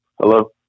Hello